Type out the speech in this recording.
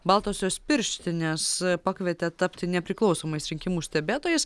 baltosios pirštinės pakvietė tapti nepriklausomais rinkimų stebėtojais